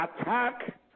attack